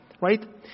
Right